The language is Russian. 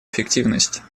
эффективность